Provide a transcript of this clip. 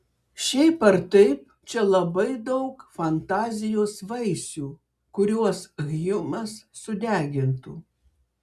šiaip ar taip čia labai daug fantazijos vaisių kuriuos hjumas sudegintų